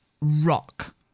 rock